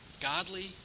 godly